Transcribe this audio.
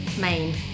main